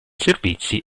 servizi